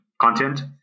content